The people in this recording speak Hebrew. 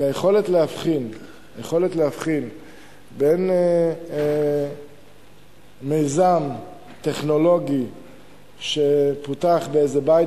כי היכולת להבחין בין מיזם טכנולוגי שפותח באיזה בית